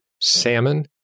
salmon